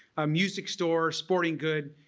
ah music store, sporting good,